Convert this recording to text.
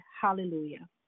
Hallelujah